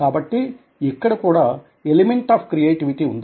కాబట్టి ఇక్కడ కూడా ఎలిమెంట్ ఆఫ్ క్రియేటివిటీ ఉంది